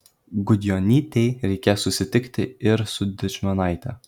gudjonytei reikės susitikti ir su dičmonaite